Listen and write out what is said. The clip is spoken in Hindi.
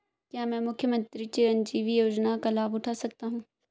क्या मैं मुख्यमंत्री चिरंजीवी योजना का लाभ उठा सकता हूं?